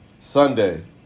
Sunday